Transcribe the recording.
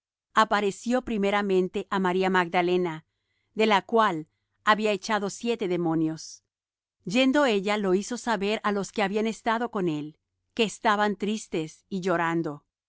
apareció primeramente á maría magdalena de la cual había echado siete demonios yendo ella lo hizo saber á los que habían estado con él que estaban tristes y llorando